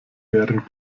wären